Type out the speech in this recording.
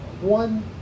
one